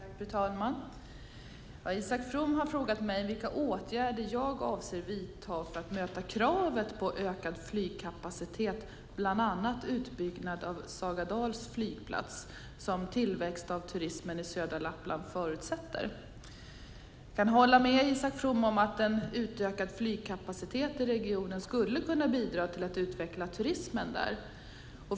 Fru talman! Isak From har frågat mig vilka åtgärder jag avser att vidta för att möta kravet på ökad flygkapacitet, bland annat utbyggnad av Sagadals flygplats, som tillväxt av turismen i södra Lappland förutsätter. Jag håller med Isak From om att en utökad flygkapacitet i regionen skulle kunna bidra till att utveckla turismen där.